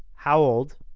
how old?